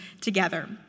together